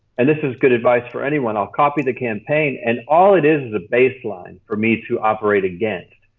and this is good advice for anyone. i'll copy the campaign and all it is a baseline for me to operate against.